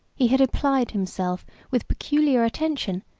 he had applied himself, with peculiar attention,